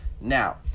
Now